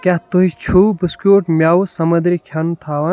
کیٛاہ تُہۍ چھِوٕ بِسکوٗٹ مٮ۪وٕ سَمنٛدٔری کھیٚن تھاوان